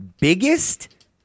biggest